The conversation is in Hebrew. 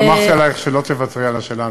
סמכתי עלייך שלא תוותרי על השאלה הנוספת.